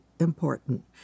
important